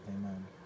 amen